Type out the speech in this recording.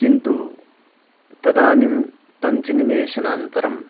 किन्तु तदानीं पञ्चनिमेषानन्तरं